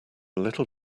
little